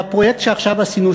בפרויקט שעכשיו עשינו,